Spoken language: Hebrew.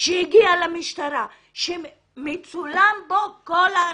שהגיע למשטרה ומצולמים בו כל האנשים.